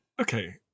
Okay